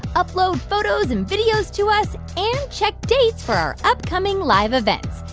upload photos and videos to us and check dates for our upcoming live events.